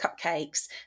cupcakes